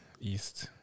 East